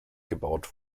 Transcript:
gebaut